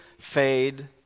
fade